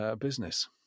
Business